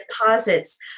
deposits